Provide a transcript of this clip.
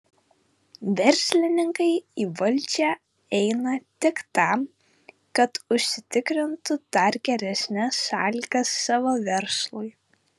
verslininkai į valdžią eina tik tam kad užsitikrintų dar geresnes sąlygas savo verslui